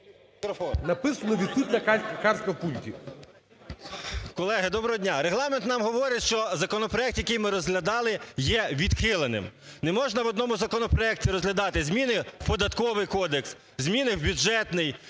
Написано "відсутня картка в пульті".